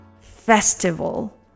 festival